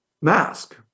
mask